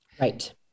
right